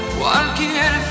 cualquier